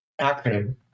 acronym